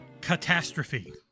Catastrophe